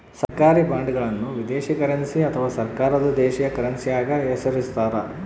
ಸರ್ಕಾರಿ ಬಾಂಡ್ಗಳನ್ನು ವಿದೇಶಿ ಕರೆನ್ಸಿ ಅಥವಾ ಸರ್ಕಾರದ ದೇಶೀಯ ಕರೆನ್ಸ್ಯಾಗ ಹೆಸರಿಸ್ತಾರ